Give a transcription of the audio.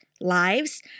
lives